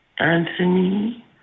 Anthony